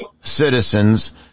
citizens